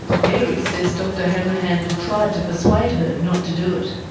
mary says dr hanrahan had tried to persuade her not to do it.